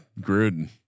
Gruden